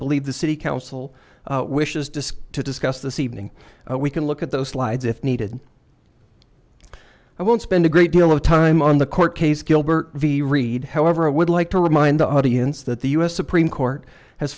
believe the city council wishes disc to discuss this evening we can look at those slides if needed i won't spend a great deal of time on the court case gilbert v reed however i would like to remind the audience that the u s supreme court has